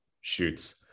shoots